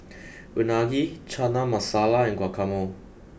Unagi Chana Masala and Guacamole